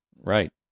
Right